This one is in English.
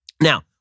Now